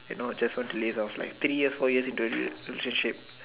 and not just to laze off like three year four years into a relationship